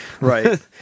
Right